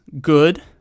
good